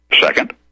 Second